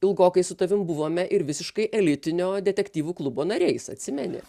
ilgokai su tavim buvome ir visiškai elitinio detektyvų klubo nariais atsimeni